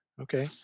okay